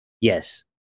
Yes